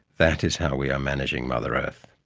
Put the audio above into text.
that is how we are managing mother earth.